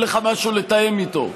אין לך משהו לתאם איתו?